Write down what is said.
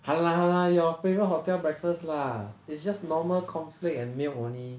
!hanna! !hanna! your favourite hotel breakfast lah it's just normal cornflake and milk only